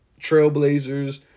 Trailblazers